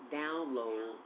download